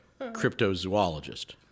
cryptozoologist